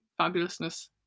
fabulousness